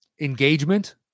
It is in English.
Engagement